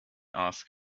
asked